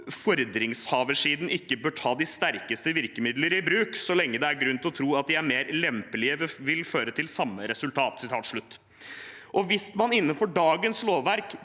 «fordringshaversiden ikke bør ta de sterkeste virkemidler i bruk så lenge det er grunn til å tro at de mer lempelige vil føre til samme resultat». Hvis man innenfor dagens lovverk